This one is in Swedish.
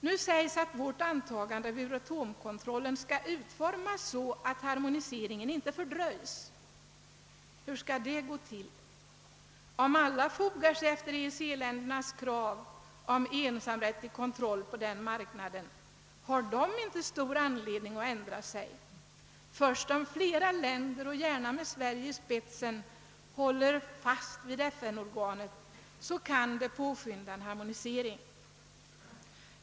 Nu säges att vårt antagande av Euratoms kontroll skall utformas så, att harmoniseringen inte fördröjes. Hur skall det gå till? Om alla fogar sig efter EEC ländernas krav om ensamrätt till kontroll på den marknaden har de inte stor anledning att ändra sig. Först om flera länder, gärna med Sverige i spetsen, håller fast vid FN-organet kan en harmonisering påskyndas.